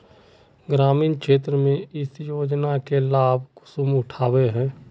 ग्रामीण क्षेत्र में इस योजना के लाभ कुंसम उठावे है?